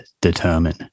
determine